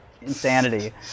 insanity